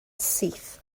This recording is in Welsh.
syth